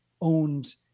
owned